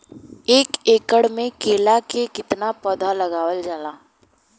एक एकड़ में केला के कितना पौधा लगावल जाला?